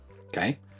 okay